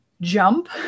jump